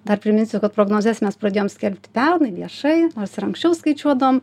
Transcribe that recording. dar priminsiu kad prognozes mes pradėjom skelbti pernai viešai nors ir anksčiau skaičiuodavom